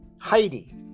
Heidi